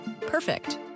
Perfect